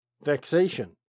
vexation